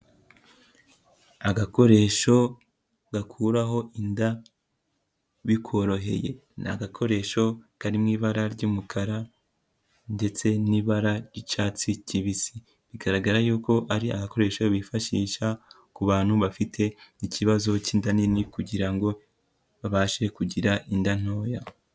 Agakoresho gakuraho inda bikoroheye, ni agakoresho kari mu ibara ry'umukara ndetse n'ibara ry'icyatsi kibisi, bigaragara yuko ari abakoreshasho bifashisha ku bantu bafite ikibazo cy'inda nini kugira ngo babashe kugira inda ntoya.